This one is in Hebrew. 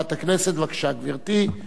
הודעה למזכירת הכנסת, בבקשה, גברתי.